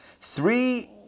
Three